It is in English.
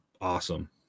Awesome